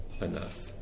enough